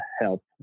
help